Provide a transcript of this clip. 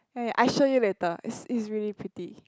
yeah yeah I show you later it's it's really pretty